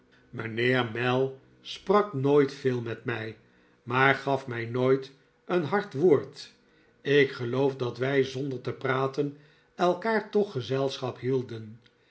mijnheer mell sprak nooit veel met mij p maar gaf mij nooit een hard woord ik geloof dat wij zonder te praten elkaar toch gezelschap hielden